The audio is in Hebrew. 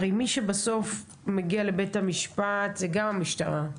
הרי מי שבסוף מגיע לבית המשפט זה גם המשטרה,